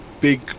big